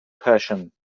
passion